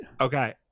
Okay